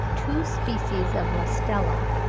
two species of mustela,